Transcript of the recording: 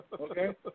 Okay